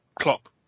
Klopp